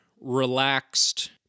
relaxed